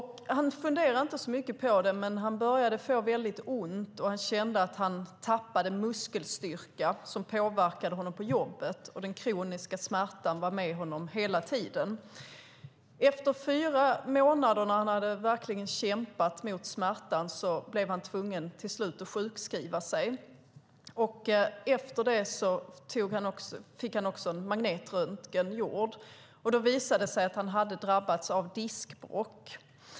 Han funderade inte så mycket på det, men han började få väldigt ont och kände att han tappade muskelstyrka, vilket påverkade honom på jobbet. Den kroniska smärtan var med honom hela tiden. Efter att under fyra månader ha kämpat med smärtan blev han till slut tvungen att sjukskriva sig. Efter det fick han också en magnetröntgen gjord. Då visade det sig att han hade drabbats av diskbråck.